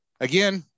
again